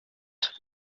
itatu